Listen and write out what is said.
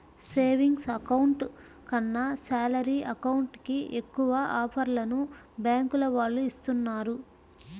savings account కన్నా salary account కి ఎక్కువ ఆఫర్లను బ్యాంకుల వాళ్ళు ఇస్తున్నారు